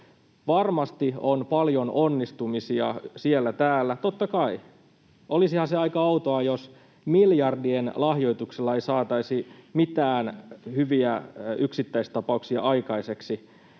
Varmasti on paljon onnistumisia siellä täällä — totta kai. Olisihan se aika outoa, jos miljardien lahjoituksilla ei saataisi mitään hyviä yksittäistapauksia aikaiseksi